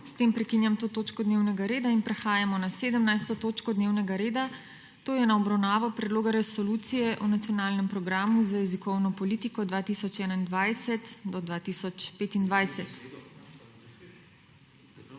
S tem prekinjam to točko dnevnega reda. In prehajamo na 17. točko dnevnega reda – na obravnavo predloga resolucije o nacionalnem programu za jezikovno politiko 2021 do 2025.